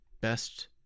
best